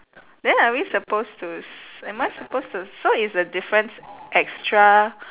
then are we supposed to s~ am I supposed to so is the difference extra